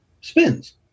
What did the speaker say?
spins